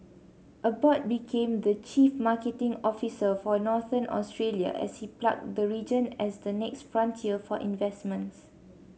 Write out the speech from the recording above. Abbott became the chief marketing officer for Northern Australia as he plugged the region as the next frontier for investments